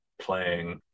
playing